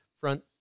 front